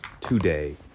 today